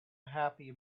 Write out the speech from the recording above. happy